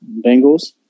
Bengals